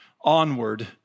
onward